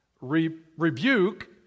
rebuke